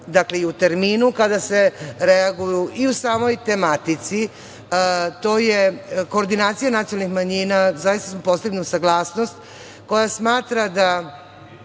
i u terminu kada se reaguju i u samoj tematici, to je koordinacija nacionalnih manjina, zaista sam postigla saglasnost koja smatra da